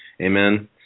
Amen